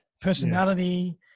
personality